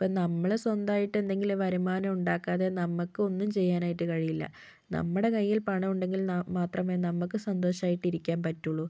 ഇപ്പോൾ നമ്മള് സ്വന്തമായിട്ട് എന്തെങ്കിലും വരുമാനമുണ്ടാക്കാതെ നമുക്കൊന്നും ചെയ്യാനായിട്ട് കഴിയില്ല നമ്മുടെ കയ്യിൽ പണമുണ്ടെങ്കിൽ മാത്രമേ നമുക്ക് സന്തോഷമായിട്ട് ഇരിക്കാൻ പറ്റുള്ളൂ